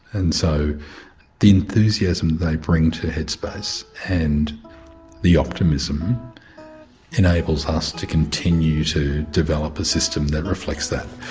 and so the enthusiasm they bring to headspace and the optimism enables us to continue to develop a system that reflects that.